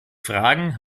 fragen